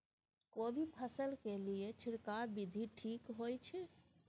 कोबी फसल के लिए छिरकाव विधी ठीक होय छै?